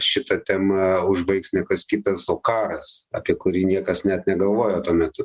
šitą temą užbaigs ne kas kitas o karas apie kurį niekas net negalvojo tuo metu